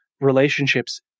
Relationships